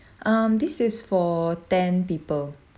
um this is for ten people